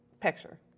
Picture